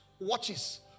watches